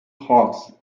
hawks